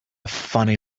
funny